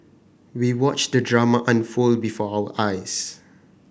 we watched the drama unfold before our eyes